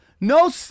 No